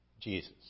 Jesus